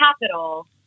capital